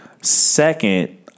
Second